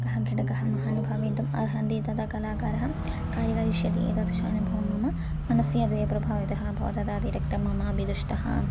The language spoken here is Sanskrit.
कः घटकः महानुभावयितुम् अर्हन्ति तदा कलाकारः कानि करिष्यति एतादृश अनुभवं मम मनसि अतीव प्रभावितः भवति तदतिरक्तं मम अपि दृष्टः